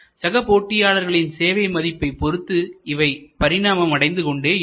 சக போட்டியாளர்களின் சேவை மதிப்பை பொறுத்து இவை பரிணாமம் அடைந்து கொண்டே இருக்கும்